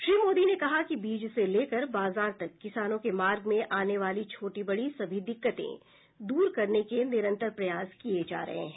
श्री मोदी ने कहा कि बीज से लेकर बाजार तक किसानों के मार्ग में आने वाली छोटी बड़ी सभी दिक्कते दूर करने के निरंतर प्रयास किये जा रहे हैं